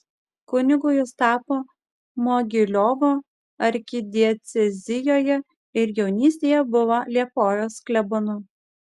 kunigu jis tapo mogiliovo arkidiecezijoje ir jaunystėje buvo liepojos klebonu